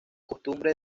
costumbre